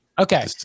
Okay